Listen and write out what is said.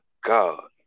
God